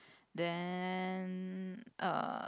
then err